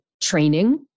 training